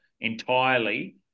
entirely